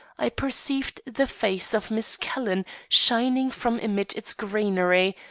i perceived the face of miss calhoun shining from amid its greenery,